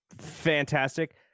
fantastic